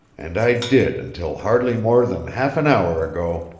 and i did until hardly more than half an hour ago,